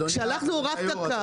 אני